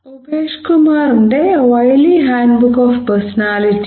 ഉപേഷ് കുമാറിന്റെ Wiley handbook of personality